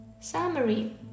Summary